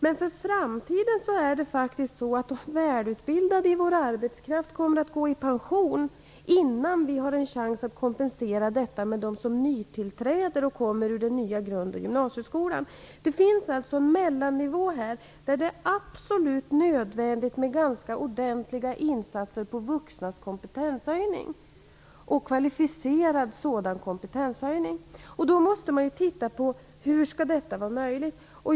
Men dessa välutbildade i vår arbetskraft kommer att gå i pension innan vi har en chans att kompensera detta med dem som nytillträder och som kommer ur den nya grund och gymnasieskolan. Det finns alltså en mellannivå där det är absolut nödvändigt med ganska ordentliga insatser på kompetenshöjning för vuxna - kvalificerad sådan kompetenshöjning. Då måste man titta närmare på hur detta skall bli möjligt.